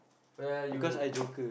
oh ya you